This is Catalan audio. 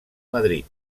madrid